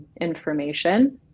information